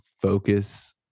focus